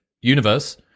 universe